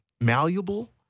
malleable